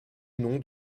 nom